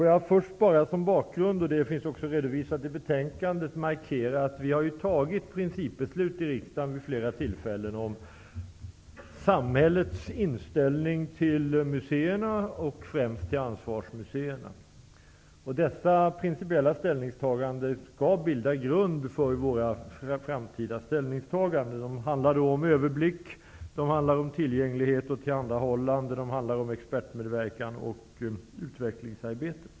Jag skall först som en bakgrund, vilken finns redovisad i betänkandet, markera att vi i riksdagen vid flera tillfällen har fattat principbeslut om samhällets inställning till museerna och främst till ansvarsmuseerna. Dessa principiella ställningstaganden skall bilda grund för våra framtida ställningstaganden. De handlar om överblick, om tillgänglighet och tillhandahållande, om expertmedverkan och om utvecklingsarbete.